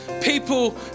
people